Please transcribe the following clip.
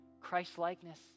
Christ-likeness